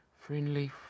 Friendly